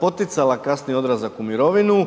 poticala kasniji odlazak u mirovinu.